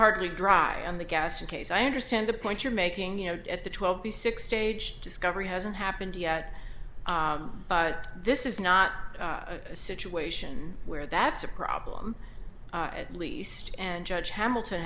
hardly dry on the gas in case i understand the point you're making you know at the twelve b six stage discovery hasn't happened yet but this is not a situation where that's a problem at least and judge hamilton